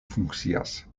funkcias